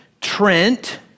Trent